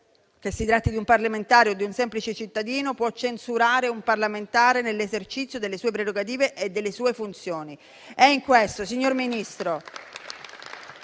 che si tratti di un parlamentare o di un semplice cittadino, può censurare un parlamentare nell'esercizio delle sue prerogative e delle sue funzioni. In questo, signor Ministro,